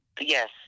yes